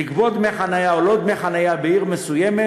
לגבות דמי חניה או לא לגבות דמי חניה בעיר מסוימת,